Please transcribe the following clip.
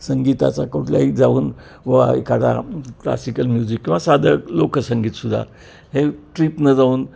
संगीताचा कुठलाही जाऊन व एखादा क्लासिकल म्युझिक किंवा साधं लोकसंगीत सुद्धा हे ट्र्रीपनं जाऊन